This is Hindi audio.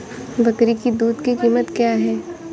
बकरी की दूध की कीमत क्या है?